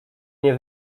nie